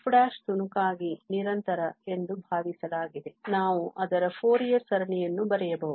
f ತುಣುಕಾಗಿ ನಿರಂತರ ಎಂದು ಭಾವಿಸಲಾಗಿದೆ ನಾವು ಅದರ ಫೋರಿಯರ್ ಸರಣಿಯನ್ನು ಬರೆಯಬಹುದು